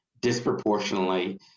disproportionately